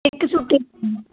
इक सूटै दी